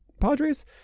Padres